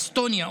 אסטוניה,